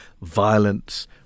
violence